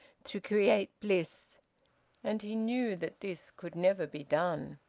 to create bliss and he knew that this could never be done.